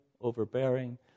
overbearing